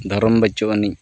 ᱫᱷᱚᱨᱚᱢ ᱵᱟᱹᱪᱩᱜ ᱟᱹᱱᱤᱡ